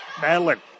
Madeline